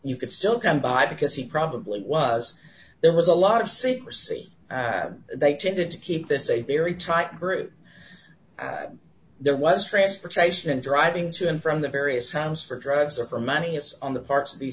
you could still come by because he probably was there was a lot of secrecy they tended to keep this a very tight group there was transportation and driving to and from the various house for drugs or for money it's on the parts of the